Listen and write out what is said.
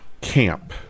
Camp